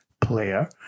player